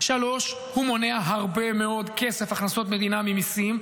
3. הוא מונע הרבה מאוד כסף הכנסות המדינה ממיסים,